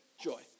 Joy